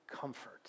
comfort